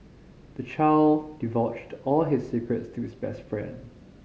the child divulged all his secrets to his best friend